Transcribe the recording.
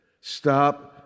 Stop